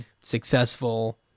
successful